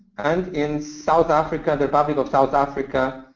and in south africa, the republic of south africa,